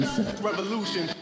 Revolution